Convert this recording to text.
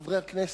חברי הכנסת,